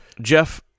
jeff